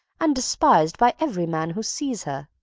and despised by every man who sees her.